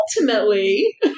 ultimately